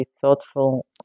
thoughtful